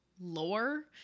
lore